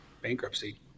bankruptcy